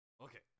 Okay